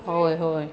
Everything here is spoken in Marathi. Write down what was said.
होय होय